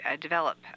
develop